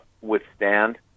withstand